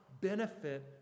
benefit